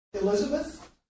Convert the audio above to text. Elizabeth